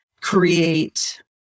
create